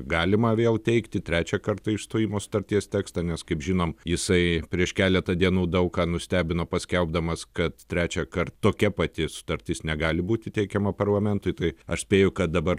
galima vėl teikti trečią kartą išstojimo sutarties tekstą nes kaip žinom jisai prieš keletą dienų daug ką nustebino paskelbdamas kad trečiąkart tokia pati sutartis negali būti teikiama parlamentui tai aš spėju kad dabar